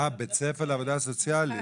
אה בית ספר לעבודה סוציאלית?